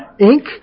Inc